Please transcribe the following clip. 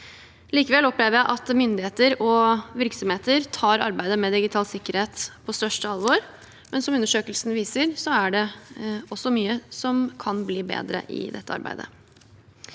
Likevel opplever jeg at myndigheter og virksomheter tar arbeidet med digital sikkerhet på største alvor, men som undersøkelsen viser, er det også mye som kan bli bedre i dette arbeidet.